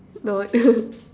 not